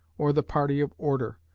or the party of order,